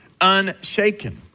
unshaken